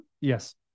Yes